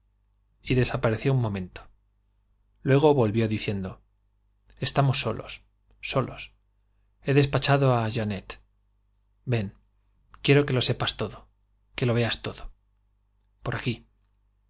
y desapareció un momento luego volvió diciendo estamos solos solos he despachado á j eannette ven quiero que lo sepas todo que lo veas todo por aquí